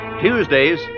Tuesdays